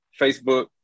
Facebook